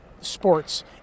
sports